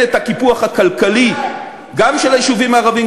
את הקיפוח הכלכלי גם של היישובים הערביים,